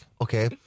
Okay